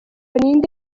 ninde